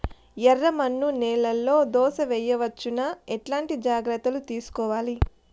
ఎర్రమన్ను నేలలో దోస వేయవచ్చునా? ఎట్లాంటి జాగ్రత్త లు తీసుకోవాలి?